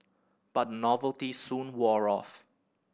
but the novelty soon wore off